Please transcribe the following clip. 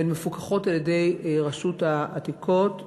והן מפוקחות על-ידי רשות העתיקות.